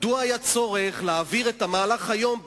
מדוע היה צורך להעביר את המהלך הזה היום,